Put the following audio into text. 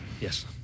Yes